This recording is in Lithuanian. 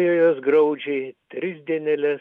ir jos graudžiai tris dieneles